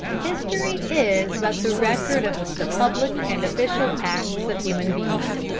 history is but the record of the public and official acts of human beings.